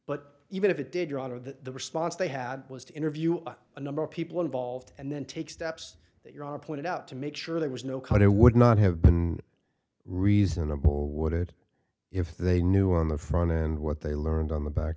but even if it did your honor that the response they had was to interview a number of people involved and then take steps that your daughter pointed out to make sure there was no cut it would not have been reasonable would it if they knew on the front end what they learned on the back